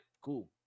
cool